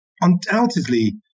undoubtedly